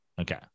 Okay